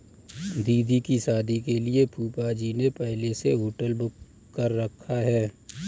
दीदी की शादी के लिए फूफाजी ने पहले से होटल बुक कर रखा है